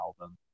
album